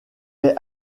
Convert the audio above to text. est